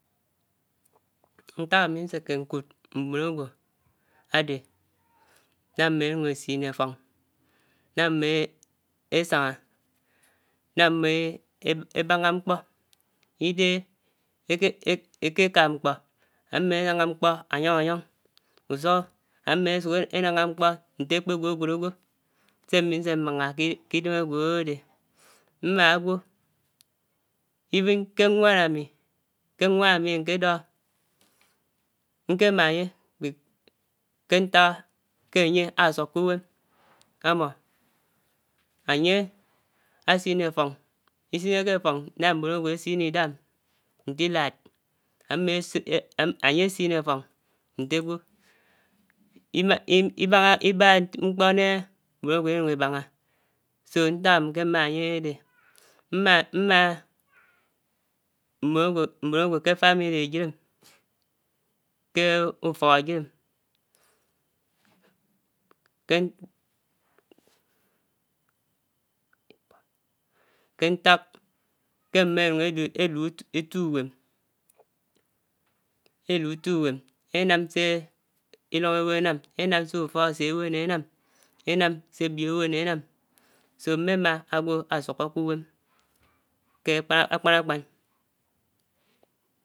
Nták ámi nsèkè mmòn ágwò ádè ná ámmò énung èsinè áffòng nà ámmò énung ésàngà, ná ámmò èbángà mkpò idehè èkèkaa mkpò ámmò ébángaá áyòng áyòng usughó ámmò èsuk ènángà mkpò ntè èkpè gwògwòd ágwò sè ámi nse mmángà kè idèm ágwò ádèdè. Má ágwò even kè nwán ámí, kè nwán ámi nkèdóhó, nkémá ányè kè nták ányè ásukó uwèm àmmò, ànyè ásínè áffòng, isiñeké áffòng nà mmòn ágwò ènuku ébàngà so nták ámi nkè mághá ányè ádèdè, mmà mmòn àgwò kè family áyid ém, kè ufòk áyid èm kè ntak, kè mmó enyung èlu èti uwon èlu ètí uwèm énám sè ilòng ádò ná ènám, ènám sè ufòk ábásǐ ébò nó ènám, énàm sè ebiò ábò nó ènám so mmèmà ágwò ásukókè uwèm kè ákpá ákpán ákpán.